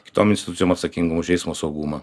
kitom institucijom atsakingom už eismo saugumą